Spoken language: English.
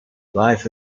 life